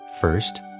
First